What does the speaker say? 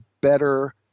better